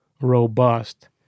robust